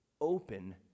open